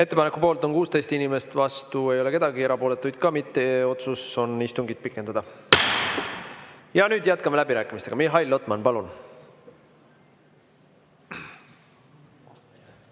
Ettepaneku poolt on 16 inimest, vastu ei ole keegi, erapooletuid ka mitte. Otsus on istungit pikendada. Ja nüüd jätkame läbirääkimisi. Mihhail Lotman, palun!